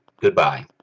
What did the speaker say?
goodbye